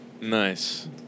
Nice